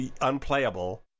unplayable